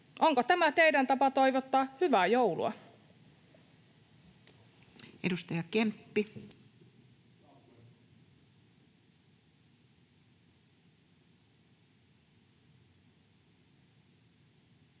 Onko tämä teidän tapanne toivottaa hyvää joulua? Edustaja Kemppi. Arvoisa